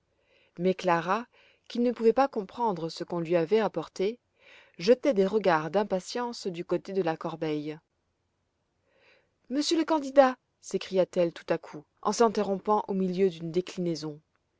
mais clara qui ne pouvait pas comprendre ce qu'on lui avait apporté jetait des regards d'impatience du côté de la corbeille monsieur le candidat s'écria-t-elle tout à coup en s'interrompant au milieu d'une déclinaison